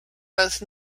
both